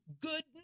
good